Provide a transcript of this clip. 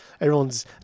everyone's